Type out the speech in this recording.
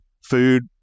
Food